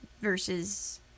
versus